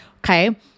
Okay